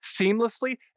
seamlessly